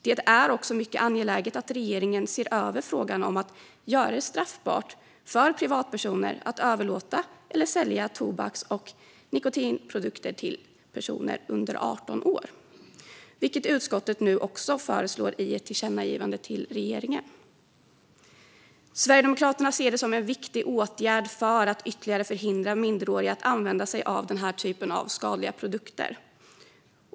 Det är också mycket angeläget att regeringen ser över frågan om att göra det straffbart för privatpersoner att överlåta eller sälja tobaks och nikotinprodukter till personer under 18 år, vilket utskottet nu också föreslår i ett tillkännagivande till regeringen. Sverigedemokraterna ser det som en viktig åtgärd för att ytterligare förhindra minderåriga att använda sig av denna typ av skadliga produkter.